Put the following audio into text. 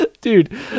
dude